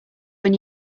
when